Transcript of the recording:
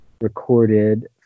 recorded